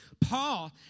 Paul